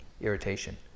irritation